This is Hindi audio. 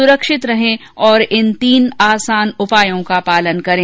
सुरक्षित रहें और इन तीन आसान उपायों का पालन करें